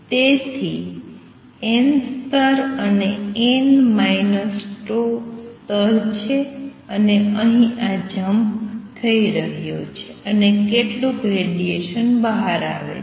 તેથી આ n સ્તર અને સ્તર છે અને અહીં આ જમ્પ થઈ રહ્યો છે અને કેટલુક રેડીએશન બહાર આવે છે